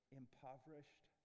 impoverished